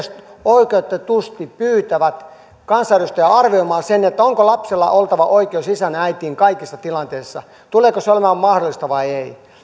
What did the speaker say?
oikeutetusti pyytävät kansanedustajia arvioimaan sen onko lapsella oltava oikeus isään ja äitiin kaikissa tilanteissa tuleeko se olemaan mahdollista vai ei